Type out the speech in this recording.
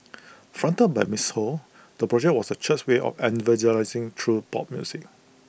fronted by miss ho the project was the church's way of evangelising through pop music